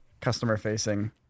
customer-facing